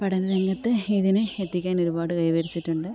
പഠന രംഗത്തെ ഇതിനെ എത്തിക്കാന് ഒരുപാട് കൈവരിച്ചിട്ടുണ്ട്